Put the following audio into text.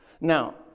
Now